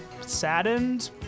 saddened